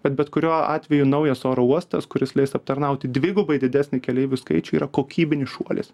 bet bet kuriuo atveju naujas oro uostas kuris leis aptarnauti dvigubai didesnį keleivių skaičių yra kokybinis šuolis